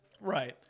Right